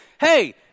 hey